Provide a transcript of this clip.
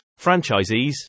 franchisees